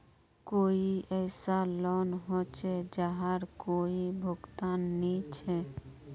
कोई ऐसा लोन होचे जहार कोई भुगतान नी छे?